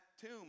tomb